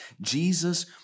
Jesus